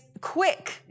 quick